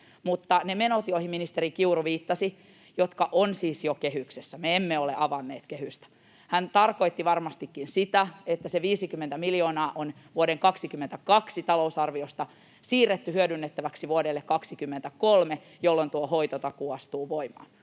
Mutta ne menot, joihin ministeri Kiuru viittasi, ovat siis jo kehyksessä — me emme ole avanneet kehystä — ja hän tarkoitti varmastikin sitä, että se 50 miljoonaa on vuoden 22 talousarviosta siirretty hyödynnettäväksi vuodelle 23, jolloin hoitotakuu astuu voimaan.